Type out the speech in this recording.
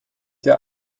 dir